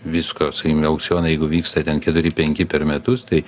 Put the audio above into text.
visko sakykim aukcionai jeigu vyksta ten keturi penki per metus tai